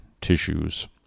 tissues